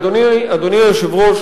אדוני היושב-ראש,